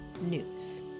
news